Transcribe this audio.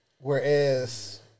Whereas